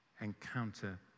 encounter